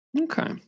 Okay